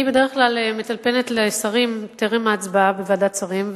אני בדרך כלל מטלפנת לשרים טרם ההצבעה בוועדת שרים,